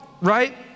right